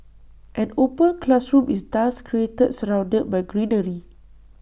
an open classroom is thus created surrounded by greenery